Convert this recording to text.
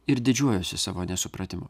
ir didžiuojuosi savo nesupratimu